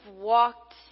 walked